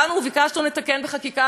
באנו וביקשנו לתקן בחקיקה,